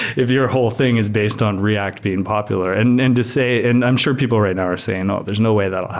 if your whole thing is based on react being popular and and to say and i'm sure people right now are saying, there's no way that